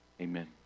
Amen